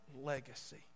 legacy